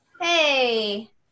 Hey